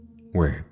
Wait